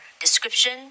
description